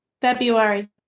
February